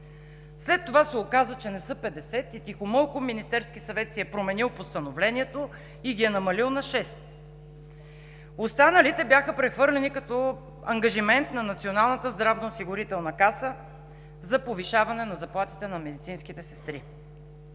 След това се оказа, че не са 50 и тихомълком Министерският съвет си е променил постановлението и ги е намалил на шест. Останалите бяха прехвърлени като ангажимент на Националната здравноосигурителна каса за повишаване на заплатите на медицинските сестри.